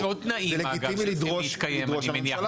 יש עוד תנאים, אגב, שזה מתקיים, אני מניח.